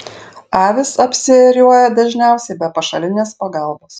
avys apsiėriuoja dažniausiai be pašalinės pagalbos